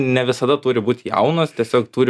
ne visada turi būt jaunas tiesiog turi